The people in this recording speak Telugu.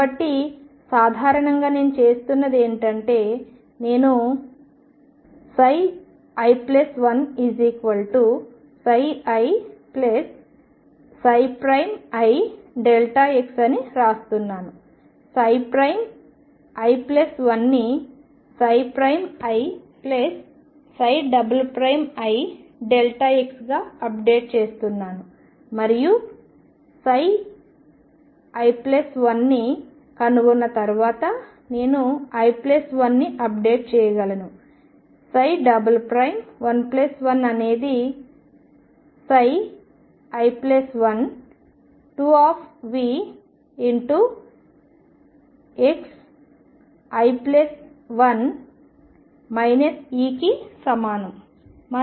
కాబట్టి సాధారణంగా నేను చేస్తున్నది ఏమిటంటే నేను i1ii x అని వ్రాస్తున్నాను i1 ని ii Δx గా అప్డేట్ చేస్తున్నాను మరియు i1 ని కనుగొన్న తర్వాత నేను i1 ని అప్డేట్ చేయగలను i1 అనేది i1 2Vxi1 E కి సమానం